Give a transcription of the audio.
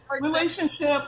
relationship